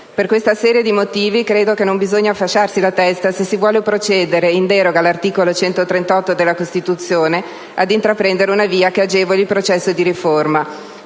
Per questa serie di motivi credo che non bisogna fasciarsi le testa se si vuole procedere, in deroga all'articolo 138 della Costituzione, ad intraprendere una via che agevoli il processo di riforma,